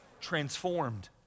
Transformed